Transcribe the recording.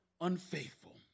unfaithful